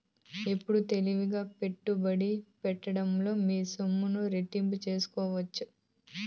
ఎప్పుడు తెలివిగా పెట్టుబడి పెట్టడంలో మీ సొమ్ములు రెట్టింపు సేసుకోవచ్చు